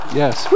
yes